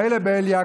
מילא בליאק,